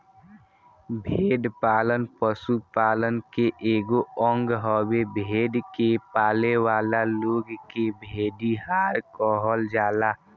भेड़ पालन पशुपालन के एगो अंग हवे, भेड़ के पालेवाला लोग के भेड़िहार कहल जाला